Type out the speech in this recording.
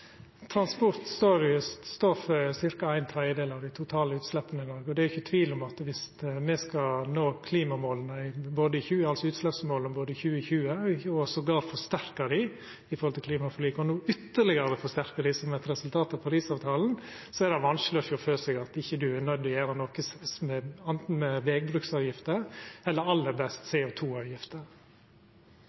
Transport står for ca. ein tredjedel av dei totale utsleppa i Noreg, og dersom me skal nå utsleppsmåla i 2020 og til og med forsterka dei i forhold til klimaforliket og no ytterlegare forsterka dei som eit resultat av Paris-avtalen, er det vanskeleg å sjå føre seg at ein ikkje er nøydd til å gjera noko anten med vegbruksavgifter eller aller best